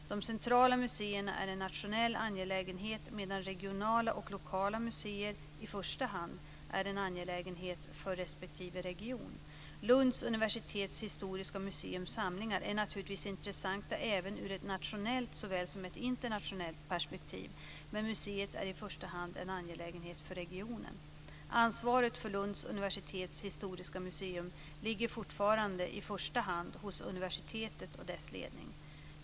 De centrala museerna är en nationell angelägenhet, medan regionala och lokala museer - i första hand - är en angelägenhet för respektive region. Lunds universitets historiska museums samlingar är naturligtvis intressanta även ur såväl ett nationellt som ett internationellt perspektiv, men museet är i första hand en angelägenhet för regionen. Ansvaret för Lunds universitets historiska museum ligger fortfarande i första hand hos universitetet och dess ledning.